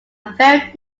very